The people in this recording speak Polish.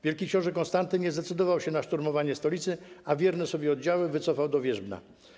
Wielki książę Konstanty nie zdecydował się na szturmowanie stolicy, a wierne sobie oddziały wycofał do Wierzbna.